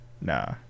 nah